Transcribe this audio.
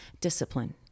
discipline